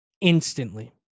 instantly